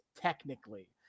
technically